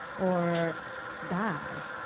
or die.